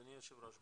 אדוני היושב ראש,